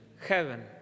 Heaven